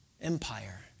empire